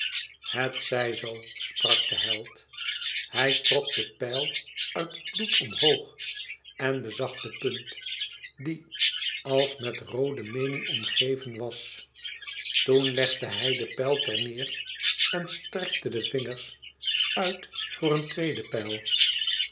het zij zoo sprak de held hij trok de pijl uit het bloed omhoog en bezag de punt die als met roode menie omgeven was toen legde hij de pijl ter neêr en strekte de vingers uit voor een tweede pijl